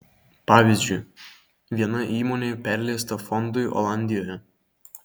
pavyzdžiui viena įmonė perleista fondui olandijoje